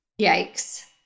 Yikes